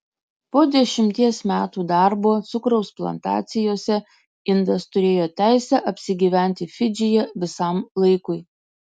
po dešimties metų darbo cukraus plantacijose indas turėjo teisę apsigyventi fidžyje visam laikui